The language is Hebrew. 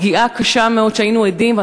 פגיעה קשה מאוד שהיינו עדים לה,